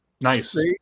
Nice